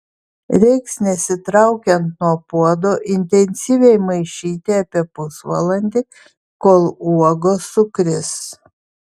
reiks nesitraukiant nuo puodo intensyviai maišyti apie pusvalandį kol uogos sukris